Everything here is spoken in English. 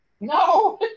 No